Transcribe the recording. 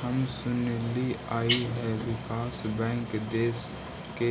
हम सुनलिअई हे विकास बैंक देस के